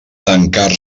tancar